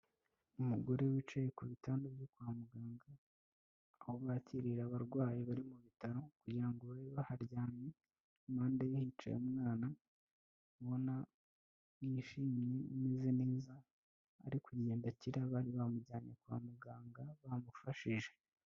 Umugore wicaye ku bitanda byo kwa muganga, aho bakirira abarwayi bari mu bitaro kugira ngo babe baharyamye, impande ye hicaye umwana ubona yishimye ameze neza ari kugenda akira, bari bamujyanye kwa muganga bamufashije.